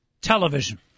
television